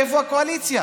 איפה הקואליציה?